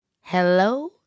Hello